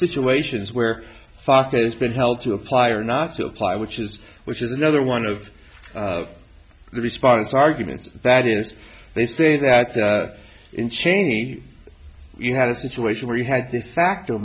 situations where fox has been held to apply or not to apply which is which is another one of the response arguments that is they say that in cheney you had a situation where you had to factor